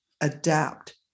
adapt